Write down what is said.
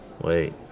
Wait